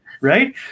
right